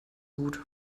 gut